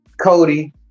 Cody